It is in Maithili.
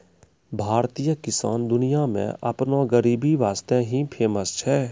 भारतीय किसान दुनिया मॅ आपनो गरीबी वास्तॅ ही फेमस छै